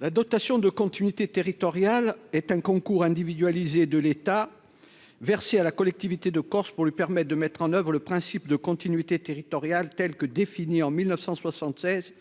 La dotation de continuité territoriale est un concours individualisé de l'État versée à la collectivité de Corse pour lui permet de mettre en oeuvre le principe de continuité territoriale telle que définie en 1976